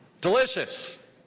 delicious